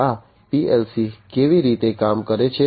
આ PLC કેવી રીતે કામ કરે છે